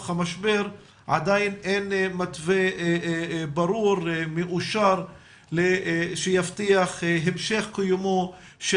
המשבר עדיין אין מתווה ברור ומאושר שיבטיח המשך קיומו של